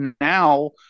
now